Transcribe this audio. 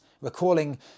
Recalling